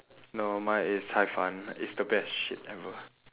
no mine is cai-fan it's the best shit ever